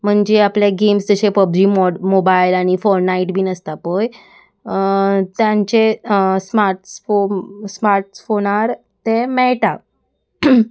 म्हणजे आपले गेम्स जशे पबजी मोड मोबायल आनी फोर्ट नायट बीन आसता पय तांचे स्मार्ट्स फो स्मार्ट फोनार ते मेळटा